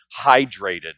hydrated